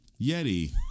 Yeti